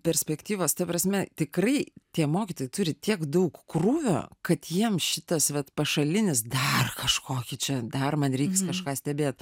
perspektyvos ta prasme tikrai tie mokytojai turi tiek daug krūvio kad jiems šitas vat pašalinis dar kažkokį čia dar man reiks kažką stebėt